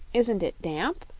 isn't it damp?